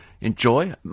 enjoy